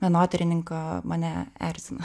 menotyrininko mane erzina